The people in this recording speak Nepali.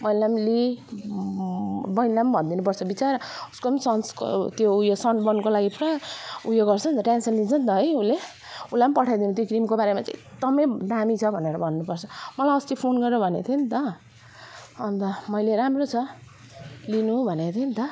बहिनीलाम पनि लिइ बहिनीलाई पनि भनिदिनु पर्छ बिचारा उसको पनि सन्सको त्यो ऊ यो सनबर्नको लागि पुरा ऊ यो गर्छ नि त टेन्सन लिन्छ नि त है उसले उसलाई पनि पठाइदिनु त्यो क्रिमको बारेमा चाहिँ एकदमै दामी छ भनेर भन्नु पर्छ मलाई अस्ति फोन गरेर भनेको थियो नि त अन्त मैले राम्रो छ लिनू भनेको थिएँ नि त